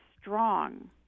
strong